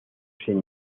sin